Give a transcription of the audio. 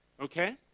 Okay